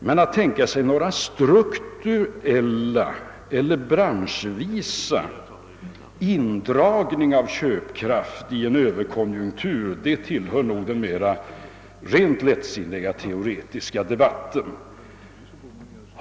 Men att tänka sig några strukturella eller branschmässiga indragningar av köpkraft i en överkonjunktur tillhör nog den mera lättsinniga teoretiska debatten.